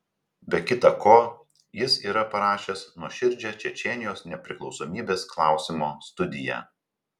be kita ko jis yra parašęs nuoširdžią čečėnijos nepriklausomybės klausimo studiją